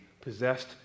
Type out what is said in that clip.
possessed